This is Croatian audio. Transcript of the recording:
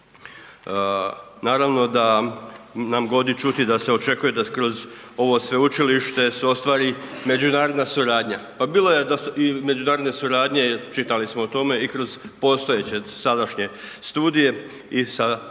Naravno da nam godi čuti da se očekuje da kroz ovo sveučilište se ostvari međunarodna suradnja. Pa bilo je da se i međunarodne suradnje, čitali smo o tome, i kroz postojeće sadašnje studije i sada